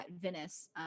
Venice